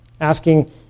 asking